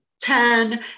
ten